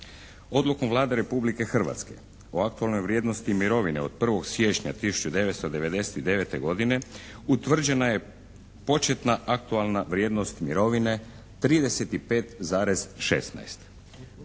Odlukom Vlade Republike Hrvatske o aktualnoj vrijednosti mirovine od 1. siječnja 1999. godine, utvrđena je početna aktualna vrijednost mirovine 35,16.